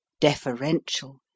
deferential